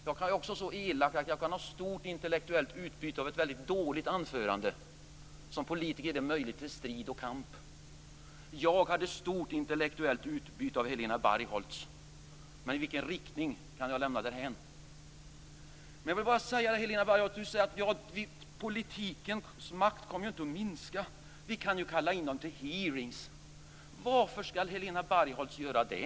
Jag kan också vara så elak att jag säger att jag kan ha stort intellektuellt utbyte av ett väldigt dåligt anförande. Det ger möjlighet för en politiker till strid och kamp. Jag hade stort intellektuellt utbyte av Helena Bargholtz anförande, men i vilken riktning kan jag lämna dithän. Helena Bargholtz säger att politikens makt inte kommer att minska - vi kan ju kalla in de berörda till hearingar. Varför skall Helena Bargholtz göra det?